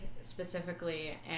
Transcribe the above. specifically